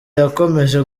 yakomeje